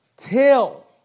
Till